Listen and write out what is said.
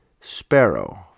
sparrow